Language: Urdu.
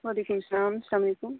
وعلیکم السّلام السّلام علیکم